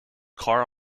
car